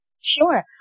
Sure